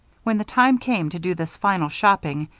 when the time came to do this final shopping,